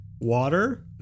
water